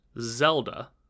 Zelda